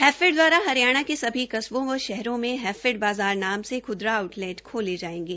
हैफेड द्वारा हरियाणा के सभी कस्बों व शहरों में हैफेड बाज़ार नाम से खुदरा आउटलेट खोले जायेंगे